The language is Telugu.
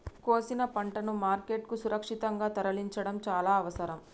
కోసిన పంటను మార్కెట్ కు సురక్షితంగా తరలించడం చాల అవసరం